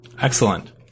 Excellent